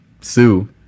sue